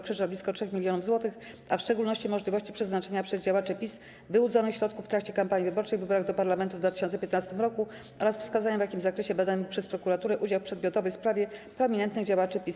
Krzyża blisko 3 mln zł, a w szczególności możliwości przeznaczenia przez działaczy PiS wyłudzonych środków w trakcie kampanii wyborczej w wyborach do parlamentu w 2015 roku oraz wskazania w jakim zakresie badany był przez prokuraturę udział w przedmiotowej sprawie prominentnych działaczy PiS,